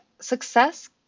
success